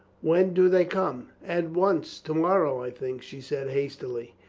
when do they come. at once. to-morrow, i think, she said hastily.